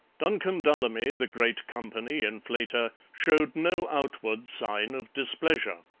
duncan dullamy, the great company inflator, showed no outward sign of displeasure.